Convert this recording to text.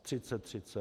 Třicet třicet.